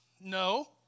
No